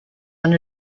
and